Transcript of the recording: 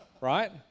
right